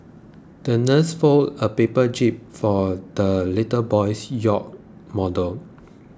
the nurse folded a paper jib for the little boy's yacht model